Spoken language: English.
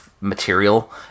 material